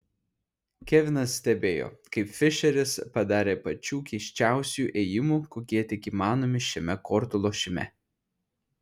kevinas stebėjo kaip fišeris padarė pačių keisčiausių ėjimų kokie tik įmanomi šiame kortų lošime